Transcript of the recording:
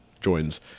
joins